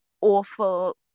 awful